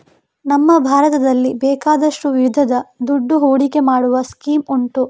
ನಮ್ಮ ಭಾರತದಲ್ಲಿ ಬೇಕಾದಷ್ಟು ವಿಧದ ದುಡ್ಡು ಹೂಡಿಕೆ ಮಾಡುವ ಸ್ಕೀಮ್ ಉಂಟು